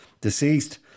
deceased